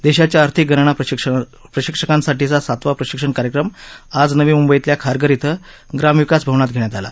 देशाच्या आर्थिक गणना प्रशिक्षकांसाठीचा सातवा प्रशिक्षण कार्यक्रम आज नवी मुंबईतल्या खारघर इथं ग्रामविकास भवनात घेण्यात आला